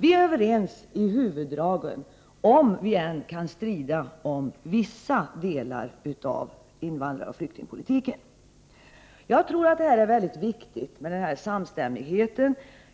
Vi är överens om huvuddragen, även om vi kan strida om vissa delar av flyktingoch invandrarpolitiken. Det är mycket viktigt med denna samstämmighet,